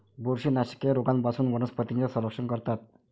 बुरशीनाशके रोगांपासून वनस्पतींचे संरक्षण करतात